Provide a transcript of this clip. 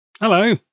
hello